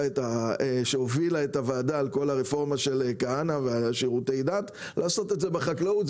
שהובילה את הרפורמה של כהנא בשירותי הדת ולעשות את זה בחקלאות,